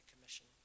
Commission